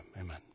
Amen